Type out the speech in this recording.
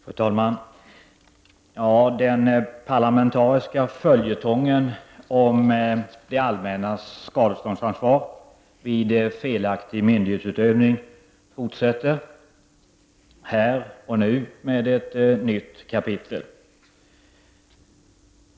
Fru talman! Den parlamentariska följetongen om det allmännas skadeståndsansvar vid felaktig myndighetsutövning fortsätter här och nu med ett nytt kapitel.